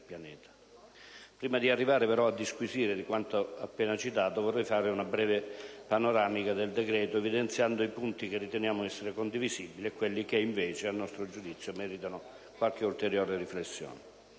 Prima di arrivare, però, a disquisire di quanto appena citato, vorrei fare una breve panoramica del decreto evidenziando i punti che riteniamo essere condivisibili e quelli che, invece, a nostro giudizio, meritano qualche ulteriore riflessione.